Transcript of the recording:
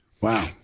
Wow